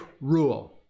rule